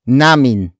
namin